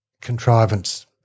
contrivance